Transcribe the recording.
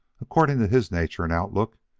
according to his nature and outlook,